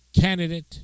candidate